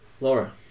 Laura